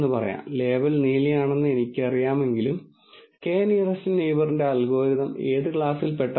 അതിനാൽ ഈ രാസവസ്തു ഈ സൂക്ഷ്മാണുക്കൾക്ക് നല്ലതാണോ എന്ന് നമുക്ക് തിരിച്ചുപോയി ചോദ്യം ചെയ്യാൻ കഴിയില്ല കാരണം അത് ന്യായമായും നന്നായി തെളിയിക്കപ്പെട്ടിട്ടുണ്ട്